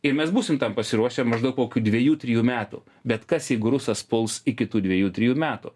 ir mes būsim tam pasiruošę maždaug kokių dvejų trejų metų bet kas jeigu rusas puls iki tų dviejų trijų metų